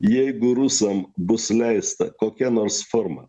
jeigu rusam bus leista kokia nors forma